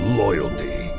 loyalty